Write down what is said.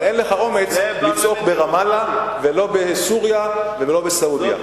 אבל אין לך אומץ לצעוק ברמאללה ולא בסוריה ולא בסעודיה.